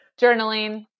Journaling